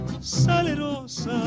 salerosa